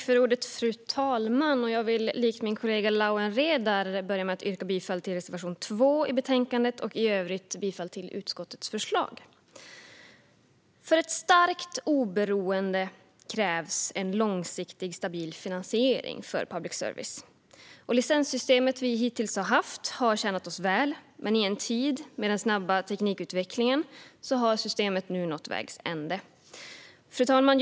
Fru talman! Jag vill likt min kollega Lawen Redar börja med att yrka bifall till reservation 2 i betänkandet och i övrigt bifall till utskottets förslag. För en stark, oberoende public service krävs långsiktig, stabil finansiering. Licenssystemet vi hittills haft har tjänat oss väl, men i denna tid av snabb teknikutveckling har systemet nått vägs ände. Fru talman!